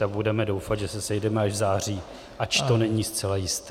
A budeme doufat, že se sejdeme až v září, ač to není zcela jisté.